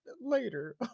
later